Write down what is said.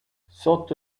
sotto